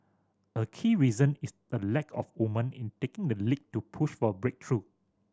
a key reason is the lack of woman in taking the lead to push for a breakthrough